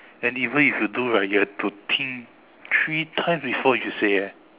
and even if you do right you have to think three times before you say eh